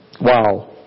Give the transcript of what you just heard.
Wow